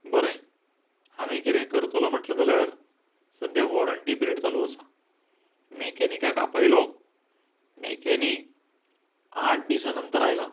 बरें हांवें किदें करतलो म्हटलें जाल्यार सध्या वॉरंटी पिरेड चालू आसा मॅकॅनिकाक आपयलो मॅकॅनीक आठ दिसा नंतर आयलां